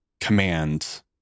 commands